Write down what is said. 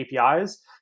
APIs